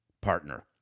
partner